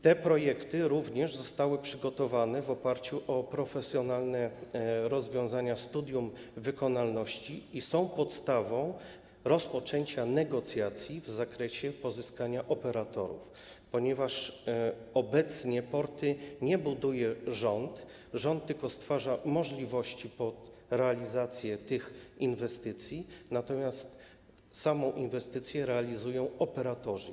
Te projekty również zostały przygotowane w oparciu o profesjonalne rozwiązania, studium wykonalności i są podstawą rozpoczęcia negocjacji w zakresie pozyskania operatorów, ponieważ obecnie portów nie buduje rząd, rząd stwarza tylko możliwości realizacji tych inwestycji, natomiast samą inwestycję realizują operatorzy.